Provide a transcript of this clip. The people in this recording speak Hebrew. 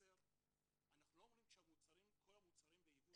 אנחנו לא אומרים שכל המוצרים ביבוא